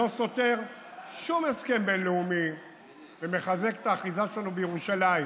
שלא סותר שום הסכם בין-לאומי ומחזק את האחיזה שלנו בירושלים.